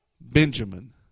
Benjamin